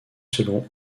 selon